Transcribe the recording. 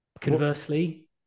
conversely